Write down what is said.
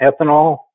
ethanol